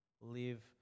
live